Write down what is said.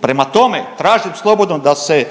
Prema tome, tražim slobodno da se